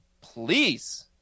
Please